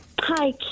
Hi